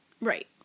right